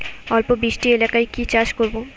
অল্প বৃষ্টি এলাকায় কি চাষ করব?